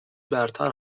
برتر